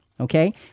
Okay